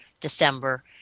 December